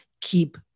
keep